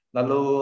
Lalu